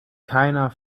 keiner